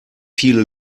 viele